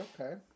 okay